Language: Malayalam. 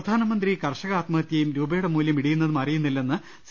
പ്രധാനമന്ത്രി കർഷക ആത്മഹത്യയും രൂപയുടെ മൂല്യം ഇടിയുന്നതും അറിയുന്നില്ലെന്ന് സി